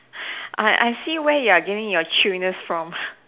I I see where you're getting your chillness from